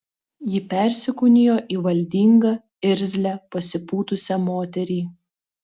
ji persikūnijo į valdingą irzlią pasipūtusią moterį